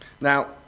Now